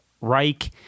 Reich